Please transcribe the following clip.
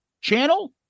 channel